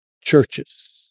churches